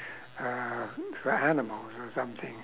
uh for animals or something